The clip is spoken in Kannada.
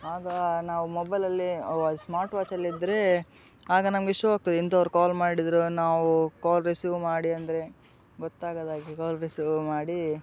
ಆಗ ನಾವು ಮೊಬೈಲಲ್ಲಿ ವ ಸ್ಮಾರ್ಟ್ ವಾಚ್ ಎಲ್ಲ ಇದ್ದರೆ ಆಗ ನಮಗೆ ಶೋ ಆಗ್ತದೆ ಇಂತವರು ಕಾಲ್ ಮಾಡಿದ್ದರು ನಾವು ಕಾಲ್ ರಿಸೀವ್ ಮಾಡಿ ಅಂದರೆ ಗೊತ್ತಾಗದಾಗೆ ಕಾಲ್ ರಿಸೀವ್ ಮಾಡಿ